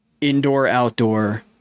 Indoor-Outdoor